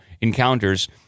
encounters